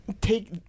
take